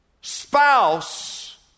spouse